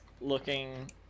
looking